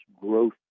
growth